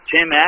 Tim